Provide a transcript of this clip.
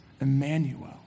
Emmanuel